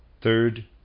Third